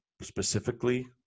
specifically